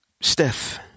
Steph